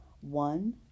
One